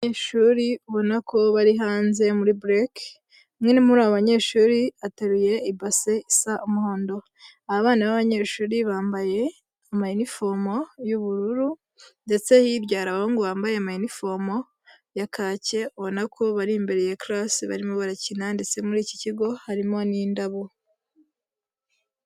Abanyeshuri ubona ko bari hanze muri break, umwe muri abo banyeshuri ateruye ibase isa umuhondo, aba bana b'abanyeshuri bambaye amainifomo y'ubururu, ndetse hirya hari abahungu bambaye amainifomo ya kake, ubona ko bari imbere ya class barimo barakina, ndetse muri iki kigo harimo n'indabo.